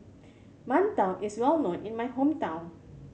mantou is well known in my hometown